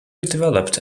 redeveloped